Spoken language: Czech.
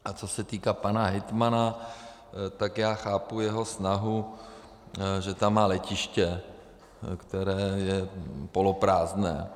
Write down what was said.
A co se týká pana hejtmana, tak já chápu jeho snahu, že tam má letiště, které je poloprázdné.